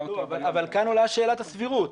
אותה --- אבל כאן עולה שאלת הסבירות.